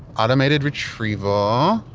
automated retrieval,